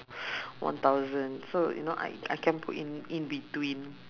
one thousand so you know I I can put in in between